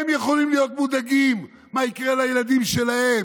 הם יכולים להיות מודאגים ממה שיקרה לילדים שלהם,